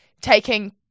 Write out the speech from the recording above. taking